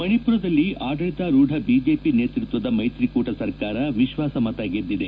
ಮಣಿಪುರದಲ್ಲಿ ಆಡಳಿತರೂಢ ಬಿಜೆಪಿ ನೇತೃತ್ವದ ಮೈತ್ರಿಕೂಟ ಸರ್ಕಾರ ವಿಶ್ವಾಸಮತ ಗೆದ್ಗಿದೆ